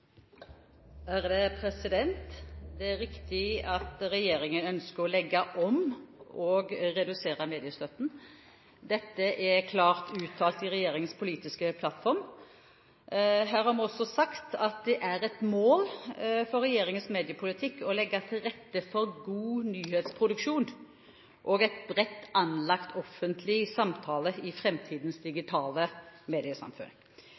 Det er riktig at regjeringen ønsker å legge om og redusere mediestøtten. Dette er klart uttalt i regjeringens politiske plattform. Her har vi også sagt at det er et mål for regjeringens mediepolitikk å «legge til rette for god nyhetsproduksjon og en bredt anlagt offentlig samtale i fremtidens digitale mediesamfunn».